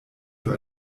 für